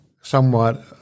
somewhat